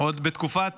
עוד בתקופת